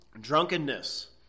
drunkenness